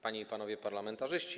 Panie i Panowie Parlamentarzyści!